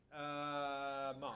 Mark